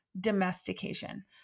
domestication